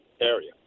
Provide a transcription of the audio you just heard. area